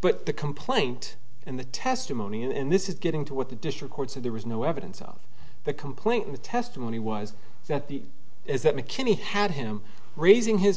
but the complaint and the testimony and this is getting to what the district court said there was no evidence of the complaint the testimony was that the is that mckinney had him raising his